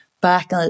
back